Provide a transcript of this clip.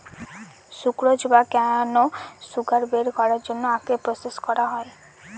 sucrose বা cane sugar বের করার জন্য আখকে প্রসেস করা হয়